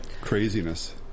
craziness